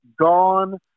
Gone